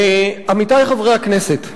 עמיתי חברי הכנסת,